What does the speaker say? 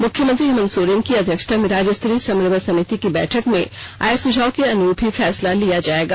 मुख्यमंत्री हेमंत सोरेन की अध्यक्षता में राज्य स्तरीय समन्वय समिति की बैठक में आए सुझावों के अनुरूप ही फैसला लिया जाएगा